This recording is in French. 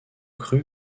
cru